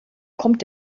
kommt